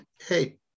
hey